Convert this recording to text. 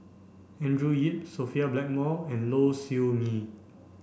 Andrew Yip Sophia Blackmore and Low Siew Nghee